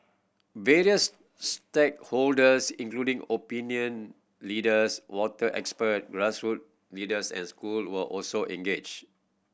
various stakeholders including opinion leaders water expert grassroot leaders and school were also engage